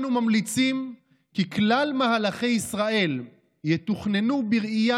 אנו ממליצים כי כלל מהלכי ישראל יתוכננו בראייה